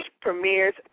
premieres